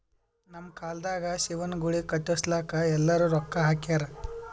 ನಮ್ ಕಾಲ್ದಾಗ ಶಿವನ ಗುಡಿ ಕಟುಸ್ಲಾಕ್ ಎಲ್ಲಾರೂ ರೊಕ್ಕಾ ಹಾಕ್ಯಾರ್